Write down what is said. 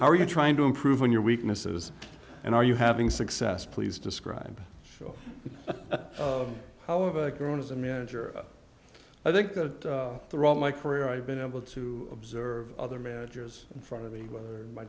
are you trying to improve on your weaknesses and are you having success please describe or show however grown as a manager i think that throughout my career i've been able to observe other managers in front of me whether my